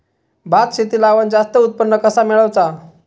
भात शेती लावण जास्त उत्पन्न कसा मेळवचा?